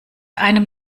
einem